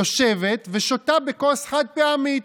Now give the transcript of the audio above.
יושבת ושותה בכוס חד-פעמית.